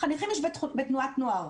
חניכים יש בתנועת נוער.